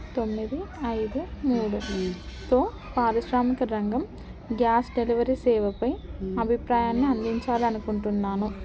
తొమ్మిది ఐదు మూడుతో పారిశ్రామిక రంగం గ్యాస్ డెలివరీ సేవపై అభిప్రాయాన్ని అందించాలి అనుకుంటున్నాను